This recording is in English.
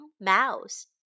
Mouse